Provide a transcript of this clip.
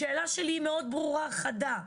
השאלה שלי היא מאוד ברורה, חדה.